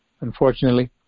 unfortunately